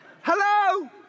Hello